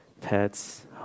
pets